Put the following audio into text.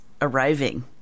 arriving